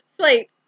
Sleep